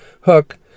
hook